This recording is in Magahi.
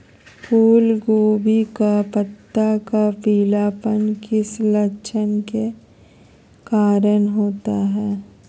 फूलगोभी का पत्ता का पीलापन किस लक्षण के कारण होता है?